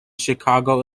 chicago